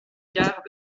quart